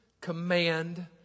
command